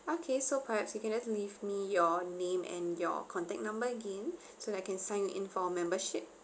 okay so perhaps you can just leave me your name and your contact number again so I can sign in for membership